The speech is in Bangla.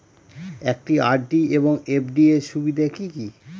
একটি আর.ডি এবং এফ.ডি এর সুবিধা কি কি?